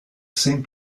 same